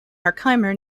herkimer